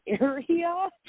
area